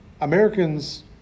Americans